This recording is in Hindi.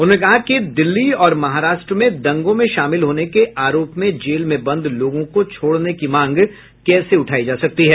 उन्होंने कहा कि दिल्ली और महाराष्ट्र में दंगों में शामिल होने के आरोप में जेल में बंद लोगों को छोड़ने की मांग कैसे उठायी जा सकती है